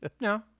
No